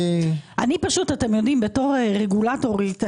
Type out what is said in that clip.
אני כרגולטורית,